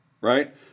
right